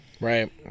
Right